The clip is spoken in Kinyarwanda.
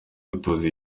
gutoza